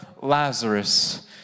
Lazarus